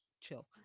Chill